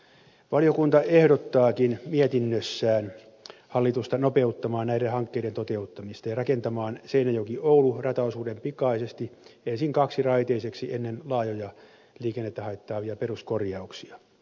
valiokunta kehottaakin mietinnössään hallitusta nopeuttamaan näiden hankkeiden toteuttamista ja rakentamaan seinäjokioulu rataosuuden pikaisesti ensin kaksiraiteiseksi ennen laajoja liikennettä haittaavia peruskorjauksia